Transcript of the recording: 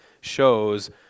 shows